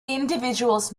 individuals